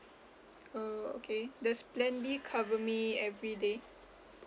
oh okay does plan B cover me everyday